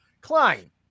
klein